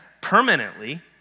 permanently